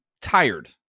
tired